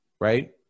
right